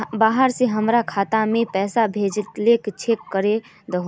बाहर से हमरा खाता में पैसा भेजलके चेक कर दहु?